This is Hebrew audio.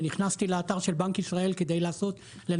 ונכנסתי לאתר של בנק ישראל כדי לנסות